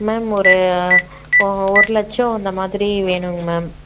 ma'am ஒரு ஒரு லட்சம் அந்தமாதிரி வேணுங்க மேம்